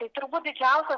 tai turbūt didžiausia